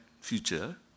future